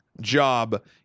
job